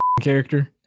character